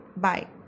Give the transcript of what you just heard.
Bye